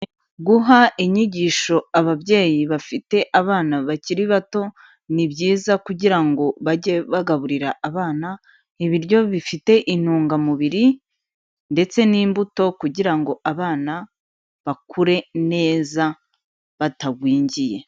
Guha inyigisho ababyeyi bafite abana bakiri bato, ni byiza kugira ngo bajye bagaburira abana ibiryo bifite intungamubiri ndetse n'imbuto kugira ngo abana bakure neza, batagwingiye.